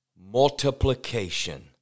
multiplication